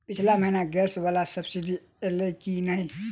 पिछला महीना गैस वला सब्सिडी ऐलई की नहि?